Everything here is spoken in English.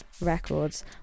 records